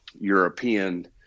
European